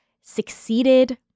succeeded